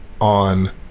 on